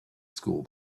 school